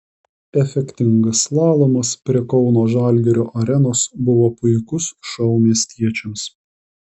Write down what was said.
efektingas slalomas prie kauno žalgirio arenos buvo puikus šou miestiečiams